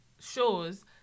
shows